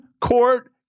Court